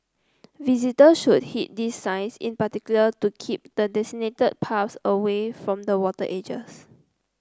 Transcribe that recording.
visitors should heed these signs in particular to keep the designated paths away from the water edges